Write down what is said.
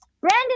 brandon